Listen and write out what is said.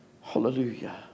Hallelujah